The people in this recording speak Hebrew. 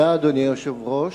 אדוני היושב-ראש,